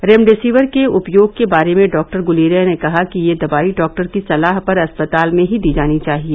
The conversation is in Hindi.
रेमडेसिविर के उपयोग के बारे में डॉक्टर गुलेरिया ने कहा कि यह दवाई डॉक्टर की सलाह पर अस्पताल में ही दी जानी चाहिए